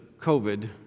COVID